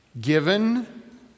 given